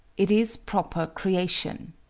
it is proper creation.